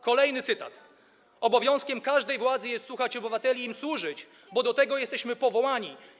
Kolejny cytat: Obowiązkiem każdej władzy jest słuchać obywateli i im służyć, bo do tego jesteśmy powołani.